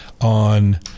on